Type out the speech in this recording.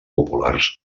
populars